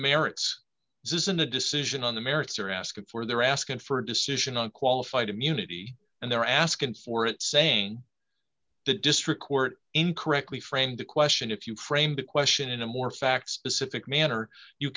merits this isn't a decision on the merits are asked for they're asking for a decision on qualified immunity and they're asking for it saying the district court incorrectly framed the question if you framed the question in a more facts specific